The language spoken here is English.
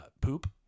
poop